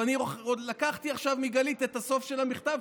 ואני לקחתי עכשיו מגלית את הסוף של המכתב,